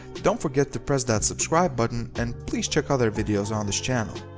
don't forget to press that subscribe button and please check other videos on this channel.